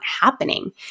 happening